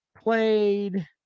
played